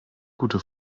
gute